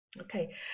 Okay